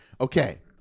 okay